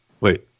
Wait